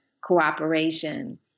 cooperation